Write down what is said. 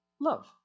love